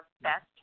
best